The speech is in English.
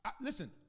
Listen